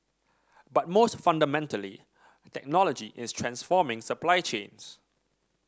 but most fundamentally technology is transforming supply chains